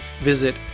visit